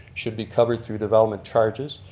should be covered through development charges.